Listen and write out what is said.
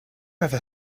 ever